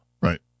right